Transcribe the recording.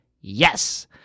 Yes